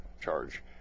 charge